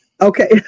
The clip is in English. Okay